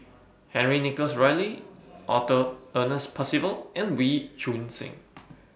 Henry Nicholas Ridley Arthur Ernest Percival and Wee Choon Seng